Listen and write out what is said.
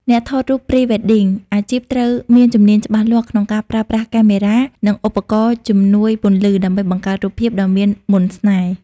អ្នកថតរូប Pre-wedding អាជីពត្រូវមានជំនាញច្បាស់លាស់ក្នុងការប្រើប្រាស់កាមេរ៉ា និងឧបករណ៍ជំនួយពន្លឺដើម្បីបង្កើតរូបភាពដ៏មានមន្តស្នេហ៍។